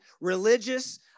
religious